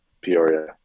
Peoria